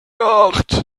nacht